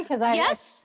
Yes